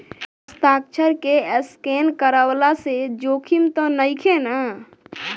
हस्ताक्षर के स्केन करवला से जोखिम त नइखे न?